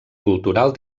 cultural